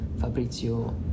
Fabrizio